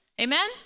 Amen